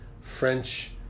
French